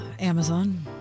Amazon